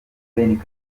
ben